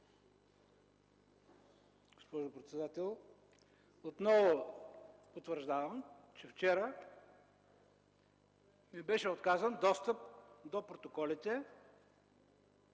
Госпожо председател, отново потвърждавам, че вчера ми беше отказан достъп до протоколите